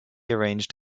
arranged